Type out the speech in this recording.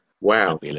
Wow